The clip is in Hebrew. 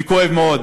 כואב מאוד